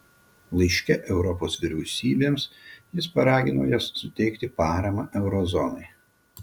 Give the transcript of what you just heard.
laiške europos vyriausybėms jis paragino jas suteikti paramą euro zonai